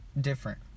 different